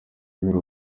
guhera